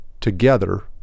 together